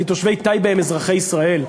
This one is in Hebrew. כי תושבי טייבה הם אזרחי ישראל,